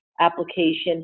application